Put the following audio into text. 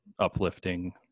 uplifting